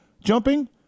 jumping